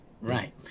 Right